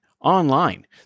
online